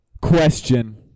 Question